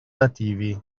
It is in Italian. nativi